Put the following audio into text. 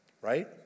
right